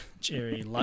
Jerry